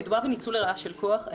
מדובר בניצול לרעה של כוח.